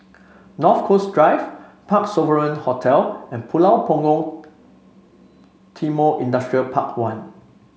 North Coast Drive Parc Sovereign Hotel and Pulau Punggol Timor Industrial Park One